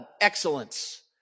excellence